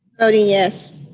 voting yes.